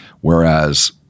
whereas